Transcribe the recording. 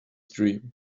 dream